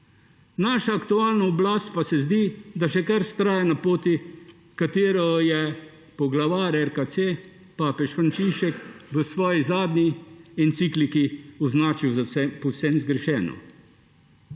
Naša aktualna oblast pa se zdi, da še kar vztraja na poti, ki jo je poglavar RKC Papež Frančišek v svoji zadnji encikliki označil za povsem zgrešeno.